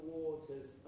waters